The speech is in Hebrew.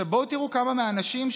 בואו ותראו כמה מהאנשים,